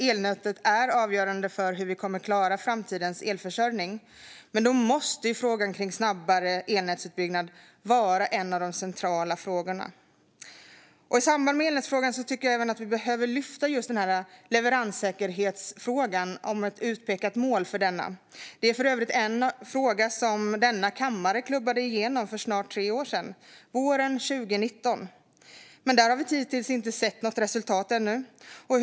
Elnätet är avgörande för hur vi klarar elförsörjningen i framtiden, men då måste snabbare elnätsutbyggnad vara en av de centrala frågorna. I samband med detta behöver vi även lyfta upp leveranssäkerheten och ha ett utpekat mål för den. Det här är för övrigt en fråga som kammaren klubbade igenom våren 2019, det vill säga för snart tre år sedan. Men vi har hittills inte sett något resultat av det.